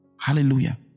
hallelujah